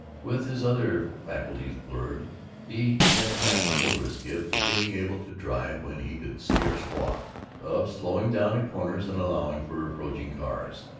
with his other faculties blurred he yet had the motorist's gift of being able to drive when he could scarce walk of slowing down at corners and allowing for approaching cars.